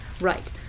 Right